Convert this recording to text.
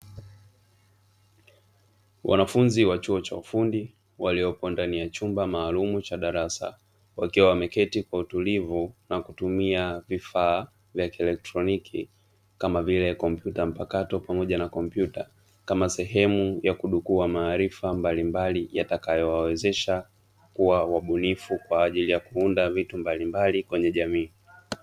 Wanafunzi wa chuo cha ufundi walioko ndani ya chumba maalumu cha darasa, wakiwa wameketi kwa utulivu na kutumia vifaa vya kielektroniki; kama vile kompyuta mpakato pamoja na kompyuta, kama sehemu ya kudukua maarifa mbalimbali yatakayowawezesha kuwa wabunifu kwa ajili ya kuunda vitu mbalimbali kwenye jamii.